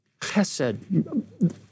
chesed